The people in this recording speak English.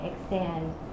extend